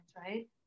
right